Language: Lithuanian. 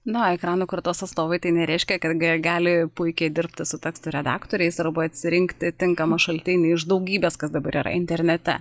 na ekranų kartos atstovai tai nereiškia kad g gali puikiai dirbti su teksto redaktoriais arba atsirinkti tinkamą šaltinį iš daugybės kas dabar yra internete